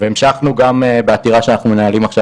והמשכנו גם בעתירה שאנחנו מנהלים עכשיו